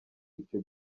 icyo